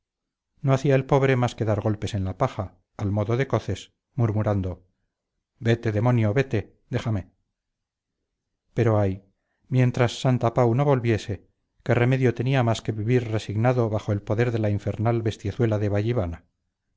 no hacía el pobre más que dar golpes en la paja al modo de coces murmurando vete demonio vete déjame pero ay mientras santapau no volviese qué remedio tenía más que vivir resignado bajo el poder de la infernal bestiezuela de